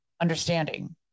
understanding